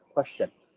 question?